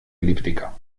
elíptica